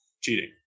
cheating